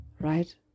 Right